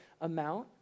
amount